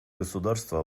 государства